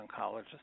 oncologist